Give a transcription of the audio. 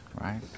right